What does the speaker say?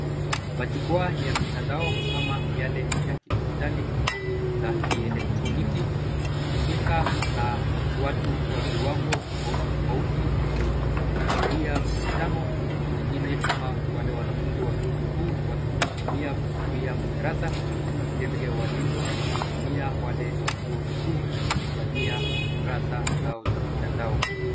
Majukwaa ya mitandao ama yale ya kidijitali na za kielektroniki hutumika na watu wa viwango tofauti tofauti kuhudhuria mikutano, wengine kama wale wanafunzi wa vyuo vikuu wakivitumia kuhudhuria madarasa na vile vile walimu kuvitumia wale wa vyuo vikuu kufanyia darasa zao za mitandao.